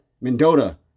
Mendota